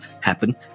happen